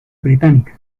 británicas